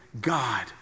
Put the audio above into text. God